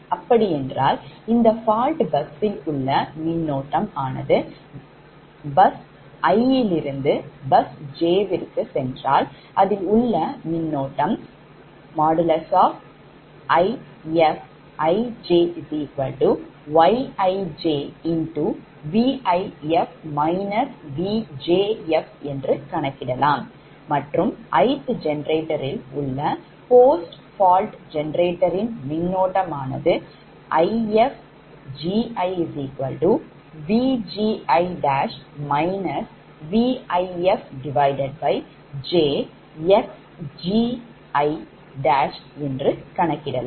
அப்படி என்றால் இந்த fault பஸ்சில் உள்ள மின்னோட்டம் ஆனது bus iலிருந்து bus jற்கு சென்றால் அதில் உள்ள மின்னோட்டம் IIfijyij என்று கணக்கிடலாம் மற்றும் ith generator ல் உள்ள post fault generator மின்னோட்டம் ஆனதை Ifgi Vgi Vif jxgi என்று கணக்கிடலாம்